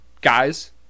Guys